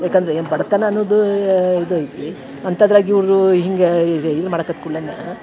ಯಾಕಂದರೆ ಎ ಬಡತನ ಅನ್ನೋದು ಇದೈತಿ ಅಂಥದ್ರಾಗೆ ಇವರೂ ಹೀಗೆ ಇದು ಇದು ಮಾಡಕತ್ತು ಕೂಡಲೇನಾ